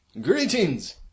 Greetings